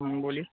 बोलिए